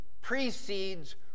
precedes